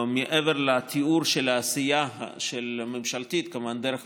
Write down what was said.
אז אמרו לי: מה זאת